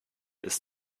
ist